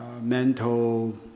mental